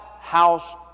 house